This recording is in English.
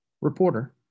reporter